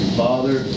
father